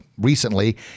recently